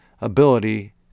ability